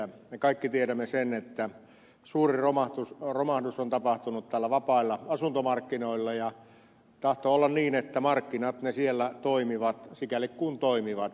me kaikki tiedämme sen että suuri romahdus on tapahtunut näillä vapailla asuntomarkkinoilla ja tahtoo olla niin että markkinat ne siellä toimivat sikäli kuin toimivat